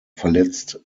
verletzt